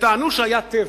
וטענו שהיה טבח.